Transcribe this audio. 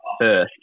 first